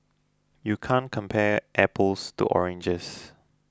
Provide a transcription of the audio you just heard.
you can't compare apples to oranges